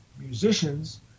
musicians